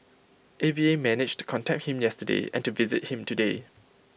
A V A managed to contact him yesterday and to visit him today